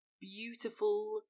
beautiful